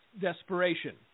desperation